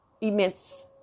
immense